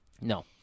No